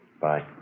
Bye